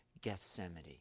Gethsemane